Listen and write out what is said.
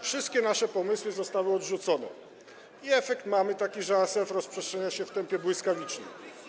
Wszystkie nasze pomysły zostały odrzucone i efekt mamy taki, że ASF rozprzestrzenia się w tempie błyskawicznym.